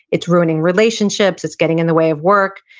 it's ruining relationships, it's getting in the way of work,